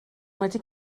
wedi